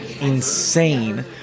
insane